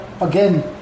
again